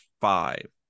five